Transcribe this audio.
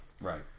Right